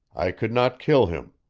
i could not kill him.